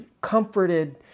comforted